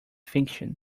fiction